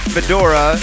Fedora